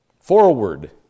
Forward